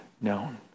known